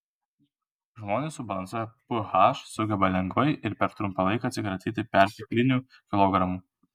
žmonės subalansavę ph sugeba lengvai ir per trumpą laiką atsikratyti perteklinių kilogramų